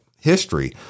history